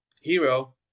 Hero